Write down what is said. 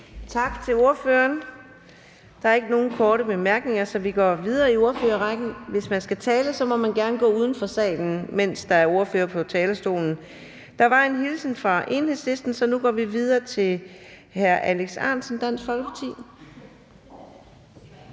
Tak til ordføreren. Der er ikke nogen korte bemærkninger, så vi går videre i ordførerrækken. Hvis man skal tale, må man gerne gå uden for salen, mens der er ordførere på talerstolen! Der var en hilsen fra Enhedslisten, så nu går vi videre til hr. Alex Ahrendtsen, Dansk Folkeparti.